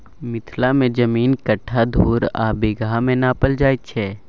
मिथिला मे जमीन कट्ठा, धुर आ बिगहा मे नापल जाइ छै